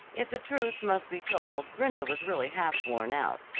if the truth must be told brenda was really half worn out.